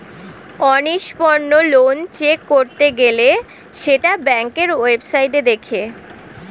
অনিষ্পন্ন loan check করতে গেলে সেটা ব্যাংকের ওয়েবসাইটে দেখে